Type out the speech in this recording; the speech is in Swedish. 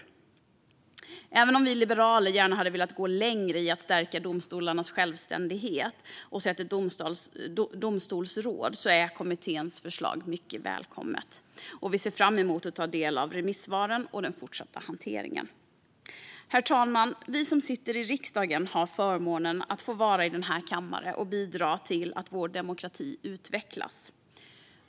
Även om vi liberaler hade velat gå längre när det gäller att stärka domstolarnas självständighet och gärna hade sett ett domstolsråd är kommitténs förslag mycket välkomna. Vi ser fram emot att ta del av remissvaren och den fortsatta hanteringen. Herr talman! Vi som sitter i riksdagen har förmånen att få vara i denna kammare och bidra till att vår demokrati utvecklas.